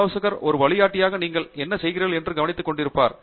ஆலோசகர் ஒரு வழிகாட்டியாக நீங்கள் என்ன செய்கிறீர்கள் என்று கவனித்து கொண்டிருப்பார்